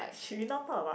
should we not talk about